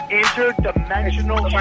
interdimensional